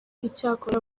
icyakora